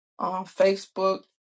Facebook